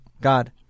God